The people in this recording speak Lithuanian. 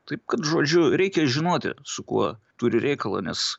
taip kad žodžiu reikia žinoti su kuo turi reikalą nes